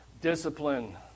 discipline